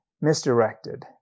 misdirected